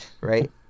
right